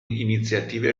iniziative